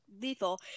lethal